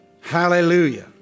Hallelujah